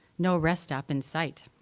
no rest stop in sight.